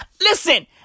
listen